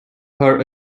her